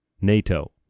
NATO